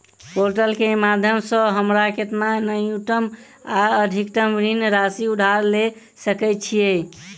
Portal केँ माध्यम सऽ हमरा केतना न्यूनतम आ अधिकतम ऋण राशि उधार ले सकै छीयै?